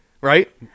right